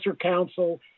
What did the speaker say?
counsel